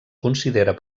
considera